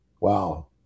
Wow